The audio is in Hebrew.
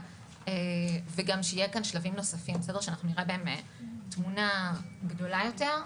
ושיהיו שלבים נוספים ונראה תמונה גדולה יותר.